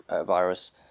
virus